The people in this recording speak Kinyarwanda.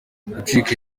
gucika